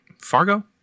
Fargo